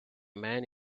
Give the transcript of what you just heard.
man